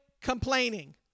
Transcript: complaining